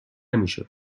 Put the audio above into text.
میشد